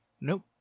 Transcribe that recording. nope